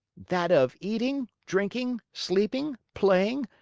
that of eating, drinking, sleeping, playing,